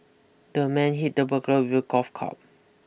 the man hit the burglar with a golf club